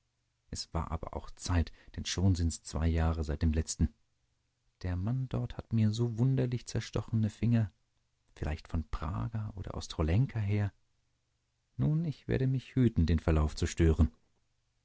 es war aber auch zeit denn schon sind's zwei jahre seit dem letzten der mann dort hat mir so wunderlich zerstochene finger vielleicht von praga oder ostrolenka her nun ich werde mich hüten den verlauf zu stören